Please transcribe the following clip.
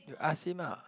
you ask him ah